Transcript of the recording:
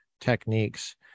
techniques